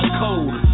code